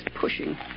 pushing